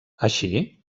així